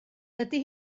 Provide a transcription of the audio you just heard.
ydy